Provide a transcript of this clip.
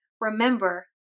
Remember